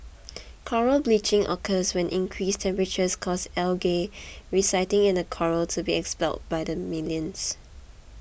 coral bleaching occurs when increased temperatures cause algae residing in the coral to be expelled by the millions